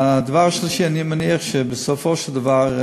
הדבר השלישי, בסופו של דבר,